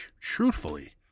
truthfully